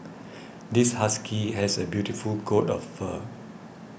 this husky has a beautiful coat of fur